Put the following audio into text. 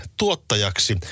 tuottajaksi